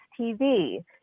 TV